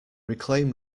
reclaim